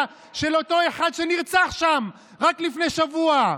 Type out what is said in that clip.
של אותו אחד שנרצח שם רק לפני שבוע,